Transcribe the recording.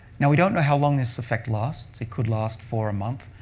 now we don't know how long this effect lasts. it could last for a month.